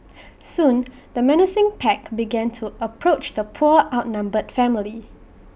soon the menacing pack began to approach the poor outnumbered family